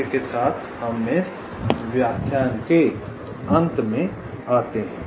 इसके साथ हम इस व्याख्यान के अंत में आते हैं